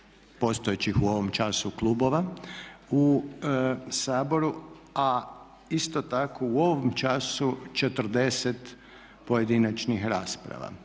postojećih u ovom času klubova u Saboru, a isto tako u ovom času 40 pojedinačnih rasprava